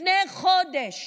לפני חודש